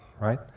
right